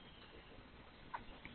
0